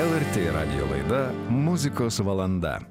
el er tė radijo laida muzikos valanda